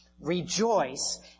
Rejoice